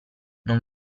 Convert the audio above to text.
non